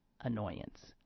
annoyance